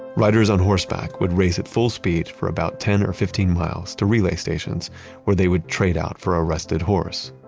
riders on horseback would race at full speed for about ten or fifteen miles to relay stations where they would trade out for a rested horse.